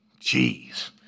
Jeez